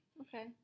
Okay